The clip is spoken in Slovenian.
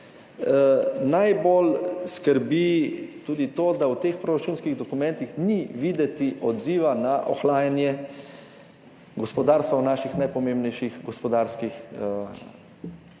Najbolj zaskrbljujoče je tudi to, da v teh proračunskih dokumentih ni videti odziva na ohlajanje gospodarstva v naših najpomembnejših gospodarskih